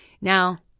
Now